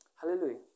Hallelujah